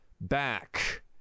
back